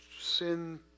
Sin